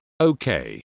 okay